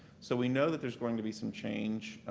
so we know that there's going to be some change,